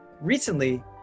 Recently